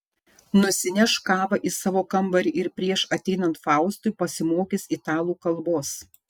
nusineš kavą į savo kambarį ir prieš ateinant faustui pasimokys italų kalbos